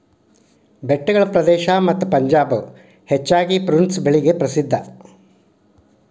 ಬೆಟ್ಟಗಳ ಪ್ರದೇಶ ಮತ್ತ ಪಂಜಾಬ್ ದಾಗ ಹೆಚ್ಚಾಗಿ ಪ್ರುನ್ಸ್ ಬೆಳಿಗೆ ಪ್ರಸಿದ್ಧಾ